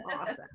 awesome